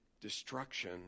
destruction